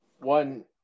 one